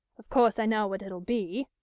of course i know what it'll be.